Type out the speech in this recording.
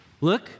Look